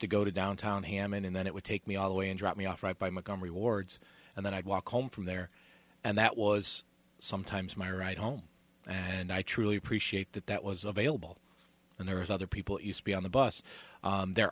to go to downtown hammond and then it would take me all the way and drop me off right by my gum rewards and then i'd walk home from there and that was sometimes my right home and i truly appreciate that that was available and there is other people use to be on the bus there